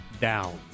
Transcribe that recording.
down